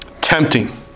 tempting